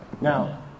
Now